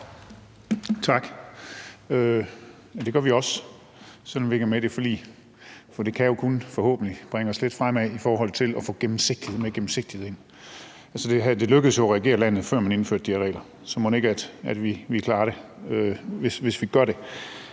Tak. Det gør vi også, selv om vi ikke er med i det forlig, for det kan jo kun forhåbentlig bringe os lidt fremad i forhold til at få mere gennemsigtighed ind. Altså, det lykkedes jo at regere landet, før man indførte de her regler, så mon ikke vi klarer det, hvis vi gør det